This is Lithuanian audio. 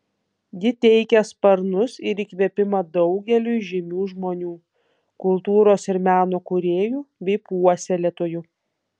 ji teikė sparnus ir įkvėpimą daugeliui žymių žmonių kultūros ir meno kūrėjų bei puoselėtojų